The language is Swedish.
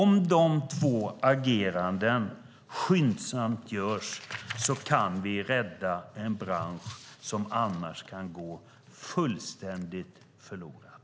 Om dessa två åtgärder skyndsamt vidtas kan vi rädda en bransch som annars kan gå fullständigt förlorad.